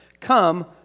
Come